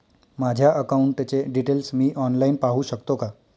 माझ्या अकाउंटचे डिटेल्स मी ऑनलाईन पाहू शकतो का?